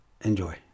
Enjoy